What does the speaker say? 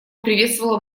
приветствовала